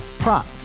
Prop